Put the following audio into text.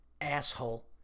asshole